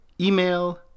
email